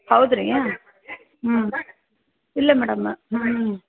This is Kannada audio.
ಹೌದ್ರಿ ಹ್ಞೂ ಇಲ್ಲ ಮೇಡಮ್ಮ ಹ್ಞೂ